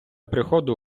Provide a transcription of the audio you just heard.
приходу